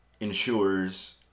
ensures